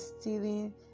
stealing